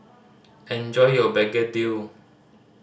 enjoy your begedil